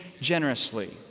generously